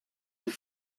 have